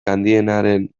handienaren